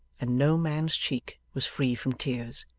and no man's cheek was free from tears.